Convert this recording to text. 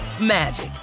magic